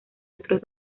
otros